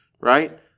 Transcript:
Right